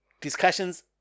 discussions